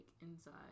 inside